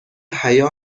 حیا